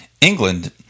England